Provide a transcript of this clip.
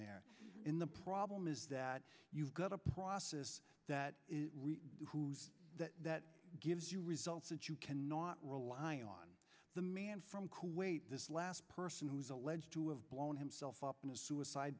there in the problem is that you've got a process that who's that that gives you results that you cannot rely on the man from kuwait this last person who is alleged to have blown himself up in a suicide